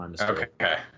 Okay